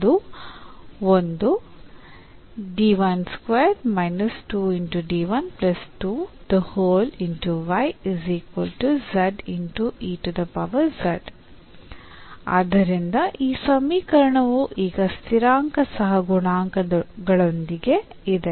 ಅದು ಒಂದು ಆದ್ದರಿಂದ ಈ ಸಮೀಕರಣವು ಈಗ ಸ್ಥಿರಾಂಕ ಸಹಗುಣಾಂಕಗಳೊಂದಿಗೆ ಇದೆ